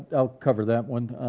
i'll cover that one.